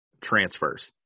transfers